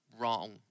wrong